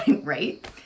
right